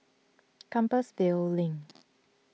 Compassvale Link